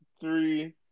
Three